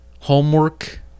homework